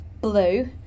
Blue